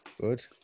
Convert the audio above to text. Good